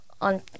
on